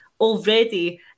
already